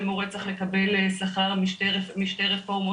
שמורה צריך לקבל שכר משתי רפורמות,